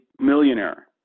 millionaire